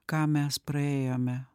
ką mes praėjome